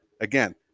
Again